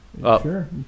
Sure